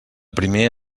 primer